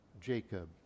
Jacob